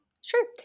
Sure